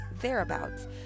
thereabouts